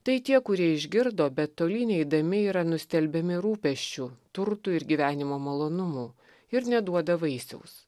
tai tie kurie išgirdo bet toli neidami yra nustelbiami rūpesčių turtų ir gyvenimo malonumų ir neduoda vaisiaus